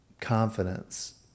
confidence